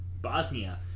Bosnia